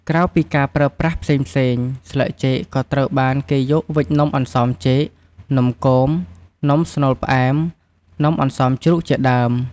ក្រៅពីការប្រើប្រាស់ផ្សេងៗស្លឹកចេកក៏ត្រូវបានគេយកវេចនំអន្សមចេក នំគម នំស្នូលផ្អែម នំអន្សមជ្រូកជាដើម។